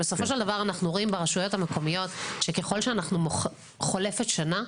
בסופו של דבר אנחנו רואים ברשויות המקומיות שככול שחולפת שנה,